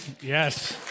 Yes